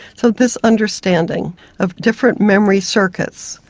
so this understanding of different memory circuits,